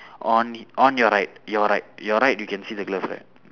on on your right your right your right you can see the glove right